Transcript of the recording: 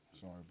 Sorry